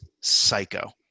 Psycho